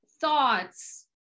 thoughts